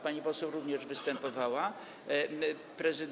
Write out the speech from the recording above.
Pani poseł również występowała.